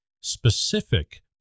specific